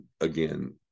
again